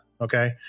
Okay